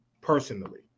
personally